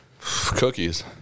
Cookies